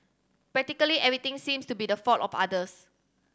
practically everything seems to be the fault of others